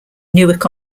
newark